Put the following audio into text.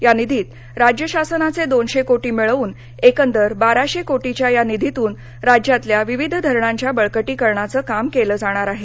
या निधीत राज्य शासनाचे दोनशे कोटी रुपये मिळवून एकंदर बाराशे कोटीच्या या निधीतून राज्यातील विविध धरणांच्या बळकटीकरणांं काम केलं जाणार आहे